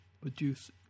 produce